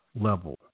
level